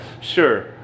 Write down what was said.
sure